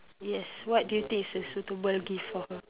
yes what do you think is a suitable gift for her